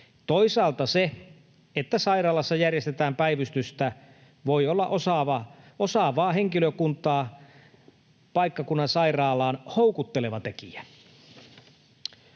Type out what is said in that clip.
Toisaalta se, että sairaalassa järjestetään päivystystä, voi olla osaavaa henkilökuntaa paikkakunnan sairaalaan houkutteleva tekijä.